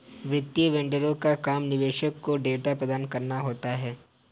वित्तीय वेंडरों का काम निवेशकों को डेटा प्रदान कराना होता है